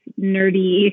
nerdy